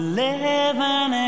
living